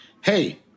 hey